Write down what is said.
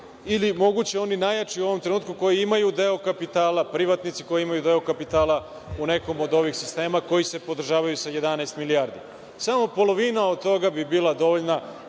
ili moguće oni najjači u ovom trenutku, privatnici koji imaju deo kapitala u nekom od ovih sistema koji se podržavaju sa 11 milijardi. Samo polovina od toga bi bila dovoljna